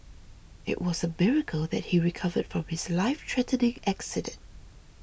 it was a miracle that he recovered from his lifethreatening accident